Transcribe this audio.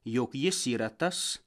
jog jis yra tas